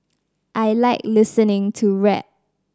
I like listening to rap